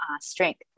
strength